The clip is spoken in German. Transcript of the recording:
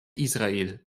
israel